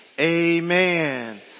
amen